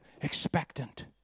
Expectant